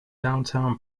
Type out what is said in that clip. downtown